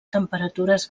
temperatures